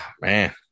Man